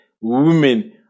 women